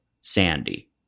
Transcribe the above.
Sandy